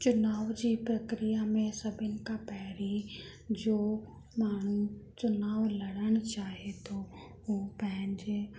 चुनाव जी प्रक्रिया में सभिनि खां पहिरीं जो माण्हूं चुनाव लड़णु चाहे थो हू पंहिंजे